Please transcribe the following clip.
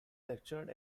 lectured